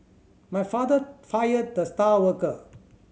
my father fired the star worker